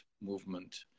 movement